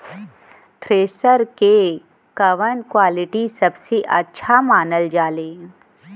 Thresher के कवन quality सबसे अच्छा मानल जाले?